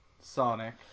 Sonic